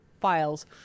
files